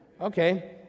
Okay